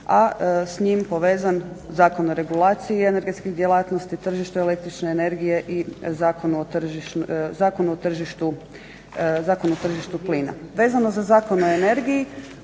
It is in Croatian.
a s njim povezan Zakon o regulaciji energetskih djelatnosti, tržišta električne energije i Zakonu o tržištu plina. Vezano za Zakon o energiji,